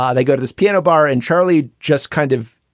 yeah they go to this piano bar and charlie just kind of.